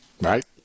right